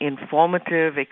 informative